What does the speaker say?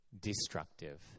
destructive